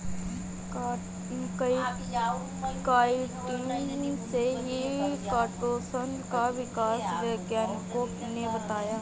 chitin से ही chitosan का विकास वैज्ञानिकों ने बताया है